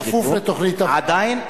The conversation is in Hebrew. בענה ומג'ד-אל-כרום.